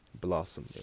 blossom